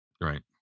right